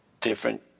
different